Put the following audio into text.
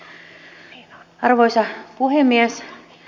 arvoisa puhemies